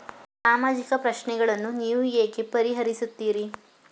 ಸಾಮಾಜಿಕ ಪ್ರಶ್ನೆಗಳನ್ನು ನೀವು ಹೇಗೆ ಪರಿಹರಿಸುತ್ತೀರಿ?